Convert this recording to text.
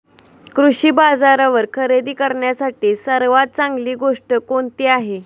कृषी बाजारावर खरेदी करण्यासाठी सर्वात चांगली गोष्ट कोणती आहे?